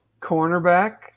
Cornerback